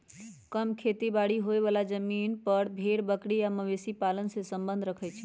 कम खेती बारी होय बला जमिन पर भेड़ बकरी आ मवेशी पालन से सम्बन्ध रखई छइ